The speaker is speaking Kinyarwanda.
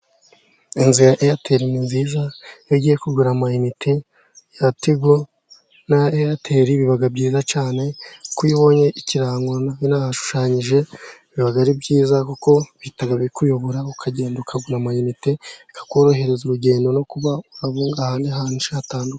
Inzu ya airtel ni nziza. Iyo ugiye kugura amayinite ya tigo na airtel biba byiza cyane, kuko iyo ubonye ikirango binahashushanyije, biba ari byiza, kuko bihita bikuyobora ukagenda ukagura amayinite, bikakorohereza urugendo no kuba wabunga ahandi hantu henshi hatandukanye.